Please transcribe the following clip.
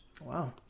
Wow